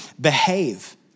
behave